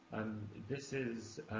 this is